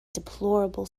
deplorable